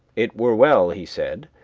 it were well, he said,